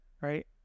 right